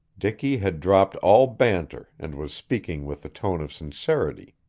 dicky had dropped all banter, and was speaking with the tone of sincerity.